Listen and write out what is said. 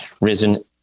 risen